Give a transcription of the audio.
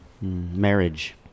Marriage